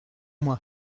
moi